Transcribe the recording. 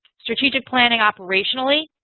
strategic planning operationally,